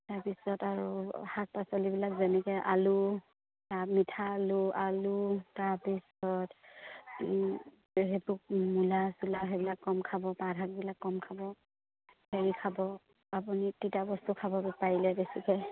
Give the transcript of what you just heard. তাৰপিছত আৰু শাক পাচলিবিলাক যেনেকৈ আলু মিঠা আলু আলু তাৰপিছত সেইবোৰ মূলা চোলা সেইবিলাক কম খাব পাত শাকবিলাক কম খাব হেৰি খাব আপুনি তিতা বস্তু খাব পাৰিলে বেছিকৈ